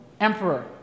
emperor